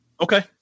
okay